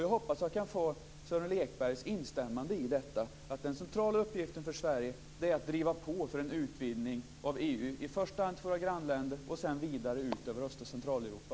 Jag hoppas att jag kan få Sören Lekbergs instämmande i att den centrala uppgiften för Sverige är att driva på för en utvidgning av EU, i första hand till våra grannländer och sedan vidare över till Öst och Centraleuropa.